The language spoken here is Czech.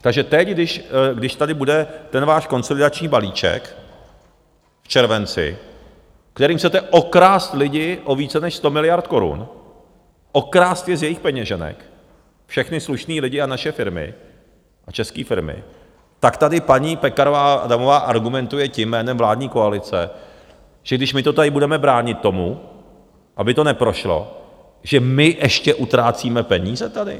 Takže teď, když tady bude ten váš konsolidační balíček v červenci, kterým chcete okrást lidi o více než 100 miliard korun, okrást je z jejich peněženek, všechny slušné lidi a naše firmy, české firmy, tak tady paní Pekarová Adamová argumentuje jménem vládní koalice tím, že když my tady budeme bránit tomu, aby to neprošlo, že my ještě utrácíme peníze tady?